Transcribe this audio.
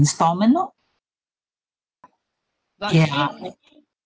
installment lor ya